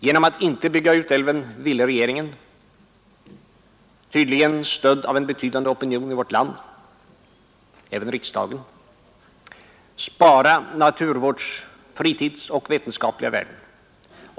Genom att inte bygga ut älven ville regeringen, tydligen stödd av en betydande opinion i vårt land — även i riksdagen — spara naturvårds-, fritidsoch vetenskapliga värden.